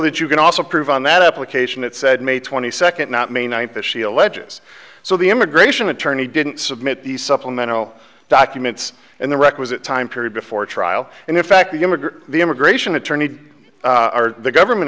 that you can also prove on that application it said may twenty second not may ninth that she alleges so the immigration attorney didn't submit the supplemental documents and the requisite time period before trial and in fact the immigrant the immigration attorney or the government